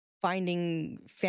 finding